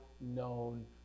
known